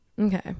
Okay